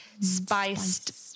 spiced